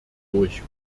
durch